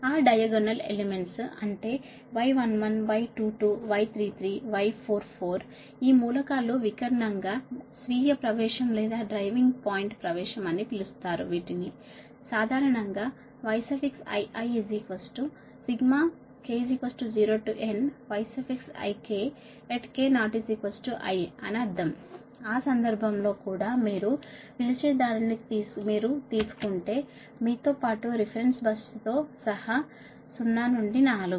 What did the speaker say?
ఆ diagonal elements అంటే Y11Y22Y33Y44 ఈ మూలకాలు వికర్ణంగా స్వీయ ప్రవేశం లేదా డ్రైవింగ్ పాయింట్ ప్రవేశం అని పిలుస్తారు సరియైనది సాధారణం గా Yiik0nyikki అని అర్థం ఆ సందర్భంలో కూడా మీరు పిలిచేదాన్ని మీరు తీసుకుంటే మీతో పాటు రిఫరెన్స్ బస్సుతో సహా 0 నుండి 4